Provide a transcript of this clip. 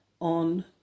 on